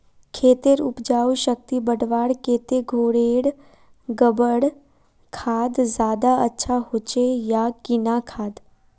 खेतेर उपजाऊ शक्ति बढ़वार केते घोरेर गबर खाद ज्यादा अच्छा होचे या किना खाद?